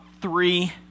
three